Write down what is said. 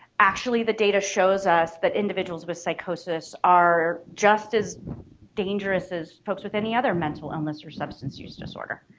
actually the data shows us that individuals with psychosis are just as dangerous as folks with any other mental illness or substance use disorder.